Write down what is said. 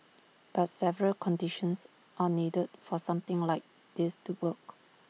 but several conditions are needed for something like this to work